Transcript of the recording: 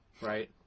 right